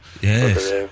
Yes